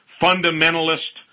fundamentalist